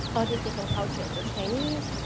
all these different cultures the chinese,